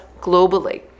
globally